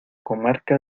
comarca